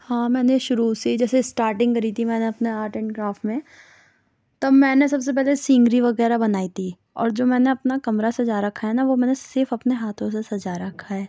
ہاں میں نے شروع سے جیسے اسٹارٹنگ کری تھی میں نے اپنا آرٹ اینڈ کرافٹ میں تب میں نے سب سے پہلے سینگری وغیرہ بنائی تھی اور جو میں نے اپنا کمرہ سجا رکھا ہے نا وہ میں نے صرف اپنے ہاتھوں سے سجا رکھا ہے